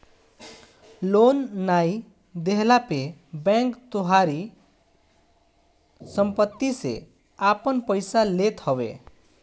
loan नाइ देहला पे बैंक तोहारी सम्पत्ति से आपन पईसा लेत हवे